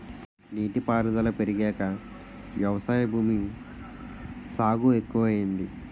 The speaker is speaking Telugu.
నీటి పారుదుల పెరిగాక వ్యవసాయ భూమి సాగు ఎక్కువయింది